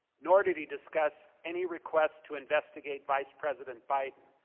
nor did he discuss any request to investigate vice president biden,